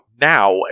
now